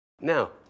Now